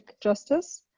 justice